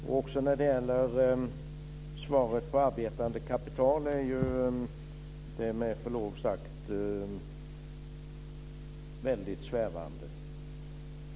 Också svaret på frågan om förmögenhetsskatt på arbetande kapital är med förlov sagt väldigt svävande.